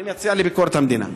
אני מציע לביקורת המדינה.